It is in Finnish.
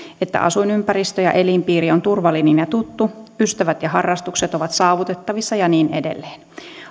että asuinympäristö ja elinpiiri on turvallinen ja tuttu ystävät ja harrastukset ovat saavutettavissa ja niin edelleen